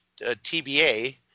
TBA